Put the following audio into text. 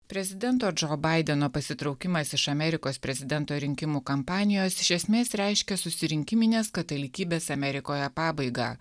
prezidento džo baideno pasitraukimas iš amerikos prezidento rinkimų kampanijos iš esmės reiškia susirinkiminės katalikybės amerikoje pabaigą